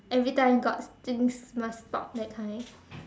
every time got things must talk that kind